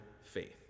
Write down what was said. faith